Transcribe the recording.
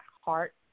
heart